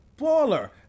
baller